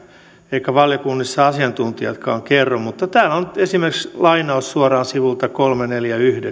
eivätkä valiokunnissa asiantuntijatkaan kerro mutta tämä on nyt esimerkiksi lainaus suoraan sivulta kolmesataaneljäkymmentäyhdeksän